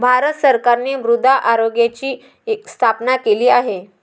भारत सरकारने मृदा आरोग्याची स्थापना केली आहे